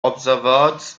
observers